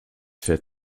für